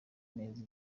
neza